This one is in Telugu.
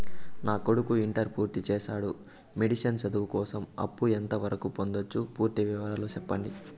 నా కొడుకు ఇంటర్ పూర్తి చేసాడు, మెడిసిన్ చదువు కోసం అప్పు ఎంత వరకు పొందొచ్చు? పూర్తి వివరాలు సెప్పండీ?